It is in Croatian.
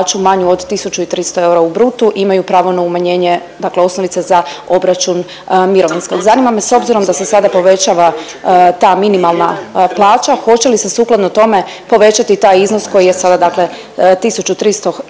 manju od 1300 eura u brutu imaju pravo na umanjenje osnovice za obračun mirovinskog. Zanima me s obzirom da se sada povećava ta minimalna plaća hoće li se sukladno tome povećati i taj iznos koji je sada dakle